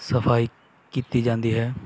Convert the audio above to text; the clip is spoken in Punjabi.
ਸਫ਼ਾਈ ਕੀਤੀ ਜਾਂਦੀ ਹੈ